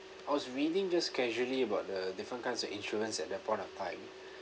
I was reading just casually about the different kinds of insurance and their product type